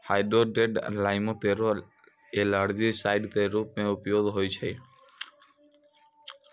hydrated lime केरो algaecide क रूप म उपयोग होय छै